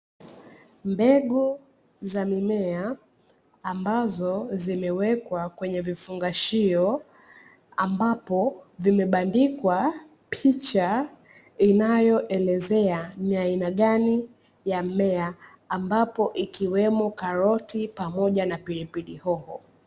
Mbegu za mimea zo ziliwekwa kwenye vifungashio ambapo vimebandikwa picha inayoelezea ni aina gani ya mmea ambapo ikiwemo karoti pamoja na pilipili hoho.